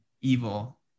evil